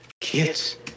Kids